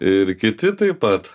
ir kiti taip pat